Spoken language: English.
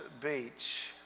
Beach